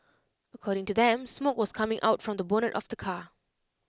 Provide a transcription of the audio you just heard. according to them smoke was coming out from the bonnet of the car